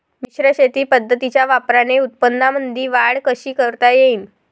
मिश्र शेती पद्धतीच्या वापराने उत्पन्नामंदी वाढ कशी करता येईन?